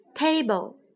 Table